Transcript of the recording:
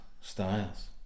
styles